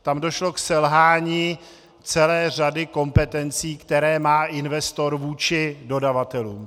Tam došlo k selhání celé řady kompetencí, které má investor vůči dodavatelům.